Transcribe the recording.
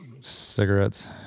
cigarettes